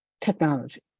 technology